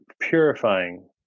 purifying